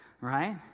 right